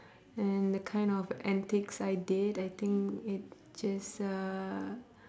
and the kind of antics I did I think it just uh